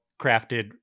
crafted